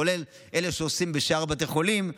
כולל אלה שעושים בשאר בתי החולים.